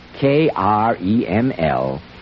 K-R-E-M-L